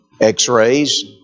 x-rays